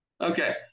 Okay